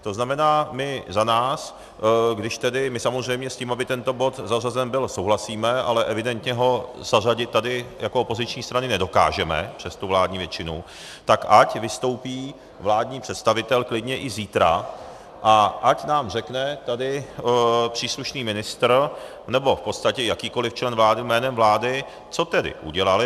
To znamená, my za nás, když tedy, my samozřejmě s tím, aby tento bod zařazen byl, souhlasíme, ale evidentně ho zařadit tady jako opoziční strany nedokážeme přes tu vládní většinu, tak ať vystoupí vládní představitel klidně i zítra a ať nám řekne tady příslušný ministr nebo v podstatě jakýkoliv člen vlády jménem vlády, co tedy udělali.